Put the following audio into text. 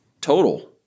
total